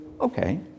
okay